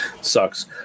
Sucks